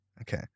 Okay